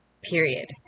period